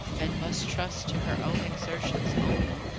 and must trust to her own exertions only.